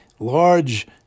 large